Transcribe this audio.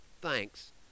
Thanks